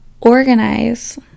organize